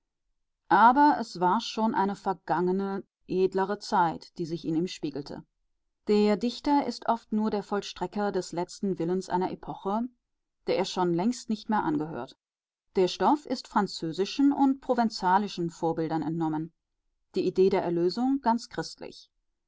aber es war schon eine vergangene edlere zeit die sich in ihm spiegelte der dichter ist oft nur der vollstrecker des letzten willens einer epoche der er schon längst nicht mehr angehört der stoff ist französischen und provenzalischen vorbildern entnommen die idee der erlösung christlich